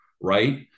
right